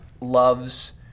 loves